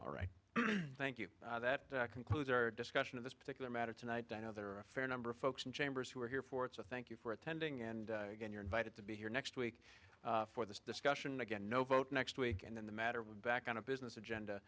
all right thank you that concludes our discussion of this particular matter tonight dano there are a fair number of folks in chambers who are here for it so thank you for attending and again you're invited to be here next week for this discussion again no vote next week and then the matter would back on a business agenda